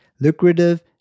lucrative